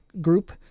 group